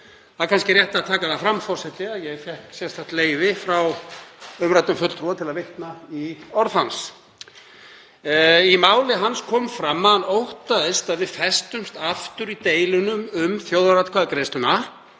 Það er kannski rétt að taka það fram, forseti, að ég fékk sérstakt leyfi frá umræddum fulltrúa til að vitna í orð hans. Í máli hans kom fram að hann óttaðist að við festumst aftur í deilunum um þjóðaratkvæðagreiðsluna